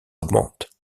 augmente